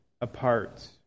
apart